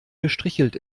gestrichelt